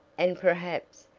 and perhaps,